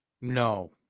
No